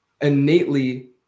innately